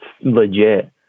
legit